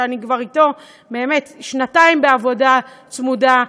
שאני כבר אתו שנתיים בעבודה צמודה,